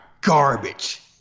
garbage